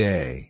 Day